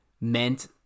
meant